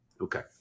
okay